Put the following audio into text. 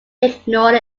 ignored